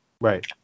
Right